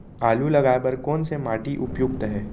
आलू लगाय बर कोन से माटी उपयुक्त हे?